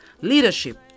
leadership